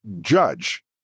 judge